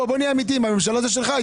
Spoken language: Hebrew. בוא נהיה אמיתיים הממשלה היא שלך,